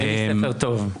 אני כבר לא יודע.